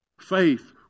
Faith